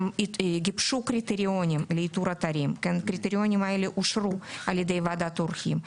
גובשו קריטריונים לאיתור אתרים שאושרו על ידי ועדת העורכים.